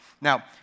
Now